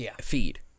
feed